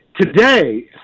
today